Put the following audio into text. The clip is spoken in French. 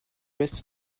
ouest